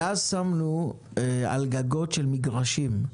ואז שמנו על גגות של מגרשים.